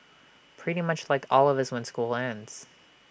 pretty much like all of us when school ends